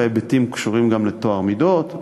וההיבטים קשורים גם לטוהר המידות,